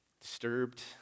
disturbed